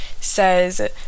says